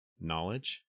knowledge